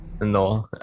No